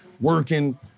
working